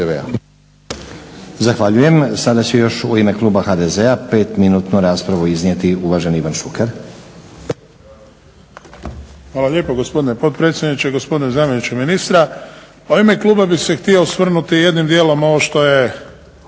Zahvaljujem. Sada će još u ime kluba HDZ-a 5-minutnu raspravu iznijeti uvaženi Ivan Šuker. **Šuker, Ivan (HDZ)** Hvala lijepo gospodine potpredsjedniče. Gospodine zamjeniče ministra. U ime kluba bih se htio osvrnuti jednim dijelom ovo što je